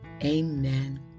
amen